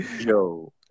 yo